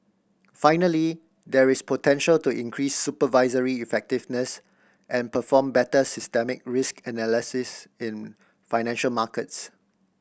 finally there is potential to increase supervisory effectiveness and perform better systemic risk analysis in financial markets